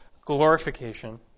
glorification